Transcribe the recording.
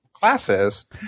classes